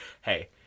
Hey